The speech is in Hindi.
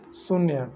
शून्य